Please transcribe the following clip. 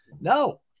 No